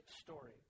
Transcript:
story